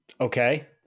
Okay